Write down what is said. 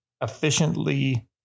efficiently